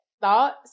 thoughts